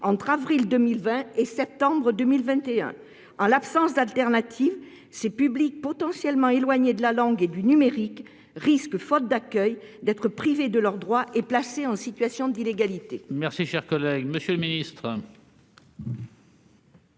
entre avril 2020 et septembre 2021. Il faut conclure. En l'absence d'alternative, ces publics potentiellement éloignés de la langue française et du numérique risquent, faute d'accueil, d'être privés de leurs droits et placés en situation d'illégalité.